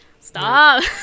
stop